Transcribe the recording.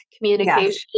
communication